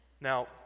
Now